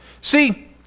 See